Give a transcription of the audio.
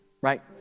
right